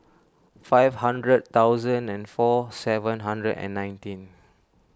five hundred thousand and four seven hundred and nineteen